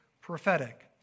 prophetic